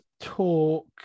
talk